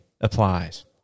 applies